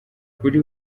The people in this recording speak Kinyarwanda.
kuri